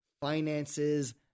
Finances